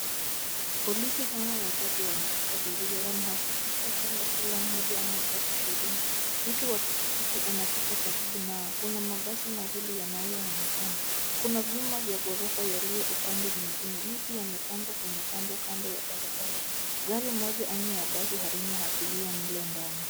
Polisi hawa watatu wanashika doria wanahakikisha kwamba kila mmoja anafuata sheria ,mtu wa pikipiki anapita karibu nao kuna mabasi mawili yanayoonekana, kuna vyuma vya ghorofa yaliyo upande mwingine miti yamepandwa kwenye kando kando ya barabara, gari moja aina ya basi halina abiria mle ndani.